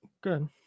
good